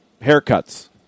haircuts